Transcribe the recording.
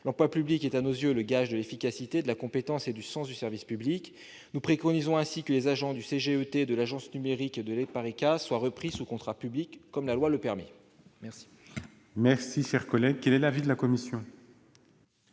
L'emploi public est à nos yeux gage d'efficacité, de compétence et de sens du service public. Nous préconisons ainsi que les agents du CGET, de l'Agence du numérique et de l'EPARECA soient repris sous contrat public, comme la loi le permet. Quel est l'avis de la commission ?